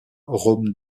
rome